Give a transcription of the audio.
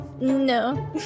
No